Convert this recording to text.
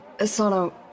Asano